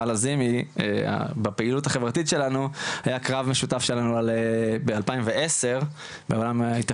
לזימי בפעילות החברתית שלנו היה קרב משותף שלנו ב-2010 בהתאחדות